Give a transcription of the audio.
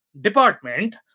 department